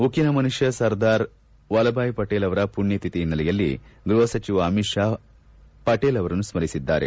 ಉಕ್ಕಿನ ಮನುಷ್ಣ ಸರ್ದಾರ್ ವಲ್ಲಭಬಾಯ್ ಪಟೇಲ್ ಅವರ ಪುಣ್ಣತಿಥಿ ಹಿನ್ನೆಲೆಯಲ್ಲಿ ಗ್ಬಹಸಚಿವ ಅಮಿತ್ ಶಾ ಪಟೇಲ್ ಅವರನ್ನು ಸ್ಮರಿಸಿದ್ದಾರೆ